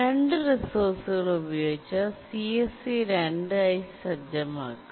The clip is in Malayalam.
രണ്ട് റിസോഴ്സുകളും ഉപയോഗിച്ചാൽ CSC 2 ആയി സജ്ജമാക്കും